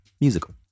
musical